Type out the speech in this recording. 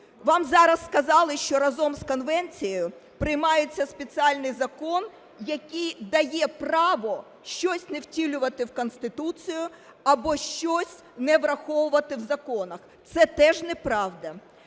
Вам зараз сказали, що разом з конвенцією приймається спеціальний закон, який дає право щось не втілювати в Конституцію або щось не враховувати в законах. Це теж неправда.